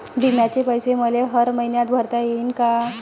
बिम्याचे पैसे मले हर मईन्याले भरता येईन का?